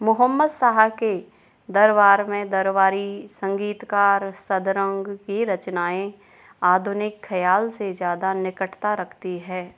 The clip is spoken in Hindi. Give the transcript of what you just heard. मुहम्मद शाह के दरबार में दरबारी संगीतकार सदरंग की रचनाएँ आधुनिक ख़याल से ज़्यादा निकटता रखती है